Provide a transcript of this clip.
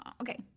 Okay